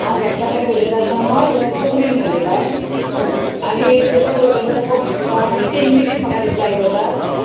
हांव गॅस्टांड कडेन उलयता आसतना कोंकणीन उलयतां आनी तेंचे कडेन उलयता आसतना कोंकणीन उलयता मागीर ती इंग्लिशीन म्हाका रिप्लाय करतात